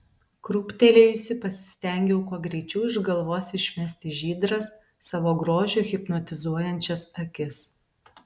krūptelėjusi pasistengiau kuo greičiau iš galvos išmesti žydras savo grožiu hipnotizuojančias akis